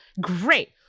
great